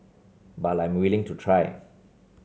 but I'm willing to try